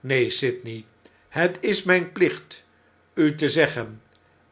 neen sydney het is mp plicht u te zeggen